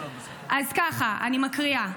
אז ככה, אני מקריאה: